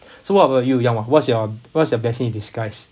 so what about you yang wa what's your what's your blessing in disguise